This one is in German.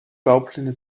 baupläne